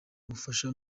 ubufasha